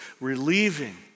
relieving